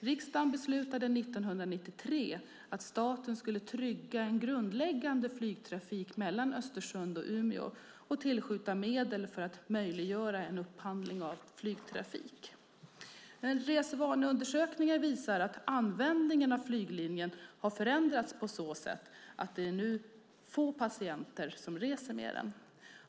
Riksdagen beslutade 1993 att staten skulle trygga en grundläggande flygtrafik mellan Östersund och Umeå och tillskjuta medel för att möjliggöra en upphandling av flygtrafik. Resvaneundersökningar visar att användningen av flyglinjen har förändrats på så sätt att det nu är få patienter som reser med den.